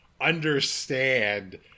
understand